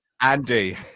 Andy